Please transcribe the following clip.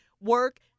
work